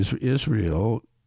Israel